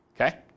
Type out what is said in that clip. Okay